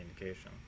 indication